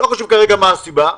ולא חשוב כרגע מה הסיבה לכך.